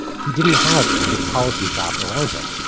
he didn't have a big policy shop around him.